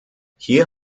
hier